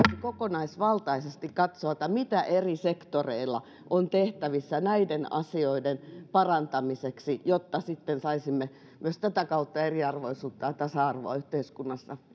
kokonaisvaltaisesti katsoo mitä eri sektoreilla on tehtävissä näiden asioiden kaiken kaikkiaan näiden ongelmien mitä täällä on tuotu esiin samoin näiden digimaailman ongelmien ja muiden parantamiseksi jotta sitten pystyisimme myös tätä kautta eriarvoisuutta ja tasa arvoa yhteiskunnassa